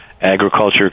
Agriculture